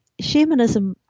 shamanism